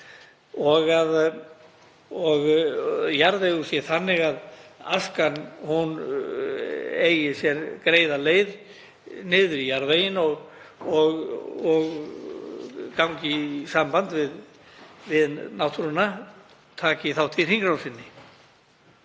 og jarðvegur sé þannig að askan eigi greiða leið niður í hann og gangi í samband við náttúruna, taki þátt í hringrásinni.